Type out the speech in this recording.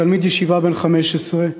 תלמיד ישיבה בן 15,